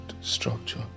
structure